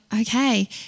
okay